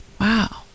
Wow